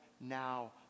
now